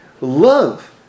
love